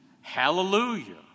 Hallelujah